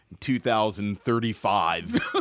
2035